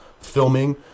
filming